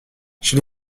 chez